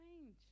change